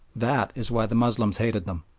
that is why the moslems hated them.